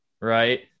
right